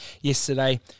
Yesterday